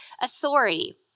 authority